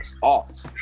off